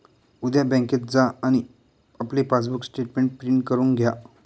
उद्या बँकेत जा आणि आपले पासबुक स्टेटमेंट प्रिंट करून घ्या